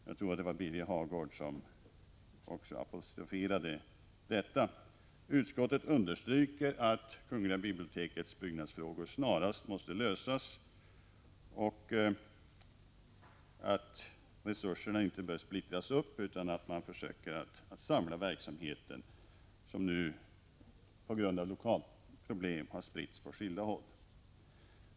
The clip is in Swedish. Detta berördes också av Birger Hagård. Utskottet understryker att kungl. bibliotekets byggnadsfrågor snarast måste lösas och att resurserna inte bör splittras upp. I stället bör man, menar utskottet, försöka samla de verksamheter som nu på grund av lokalproblem är utspridda på skilda håll.